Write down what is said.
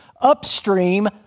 upstream